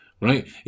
right